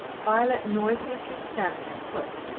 violet noiselessly stamped her foot.